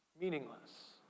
Meaningless